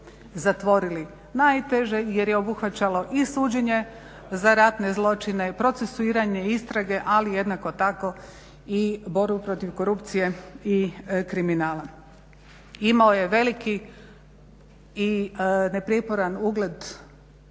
zatvorili. Najteže jer je obuhvaćalo i suđenje za ratne zločine, procesuiranje istrage, ali jednako tako i borbu protiv korupcije i kriminala. Imao je veliki i neprijeporan ugled